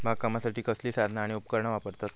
बागकामासाठी कसली साधना आणि उपकरणा वापरतत?